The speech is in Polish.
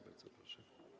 Bardzo proszę.